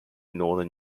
northern